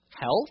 health